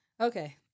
Okay